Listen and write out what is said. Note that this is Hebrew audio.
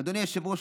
אדוני היושב-ראש,